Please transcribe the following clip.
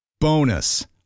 Bonus